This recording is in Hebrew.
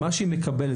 מה שהיא מקבלת,